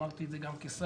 אמרתי את זה גם כשר,